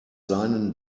seinen